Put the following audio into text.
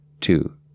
two